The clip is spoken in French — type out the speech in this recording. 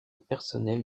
personnelle